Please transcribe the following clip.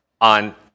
on